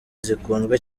zikunzwe